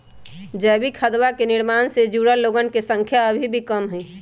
जैविक खदवा के निर्माण से जुड़ल लोगन के संख्या अभी भी कम हई